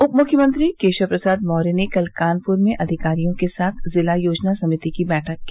उपमुख्यमंत्री केशव प्रसाद मौर्य ने कल कानपुर में अधिकारियों के साथ जिला योजना समिति की बैठक की